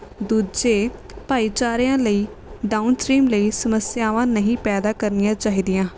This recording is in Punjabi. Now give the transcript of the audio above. ਦੂਜੇ ਭਾਈਚਾਰਿਆਂ ਲਈ ਡਾਊਨਸਟਰੀਮ ਲਈ ਸਮੱਸਿਆਵਾਂ ਨਹੀਂ ਪੈਦਾ ਕਰਨੀਆਂ ਚਾਹੀਦੀਆਂ